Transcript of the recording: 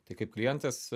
tai kaip klientas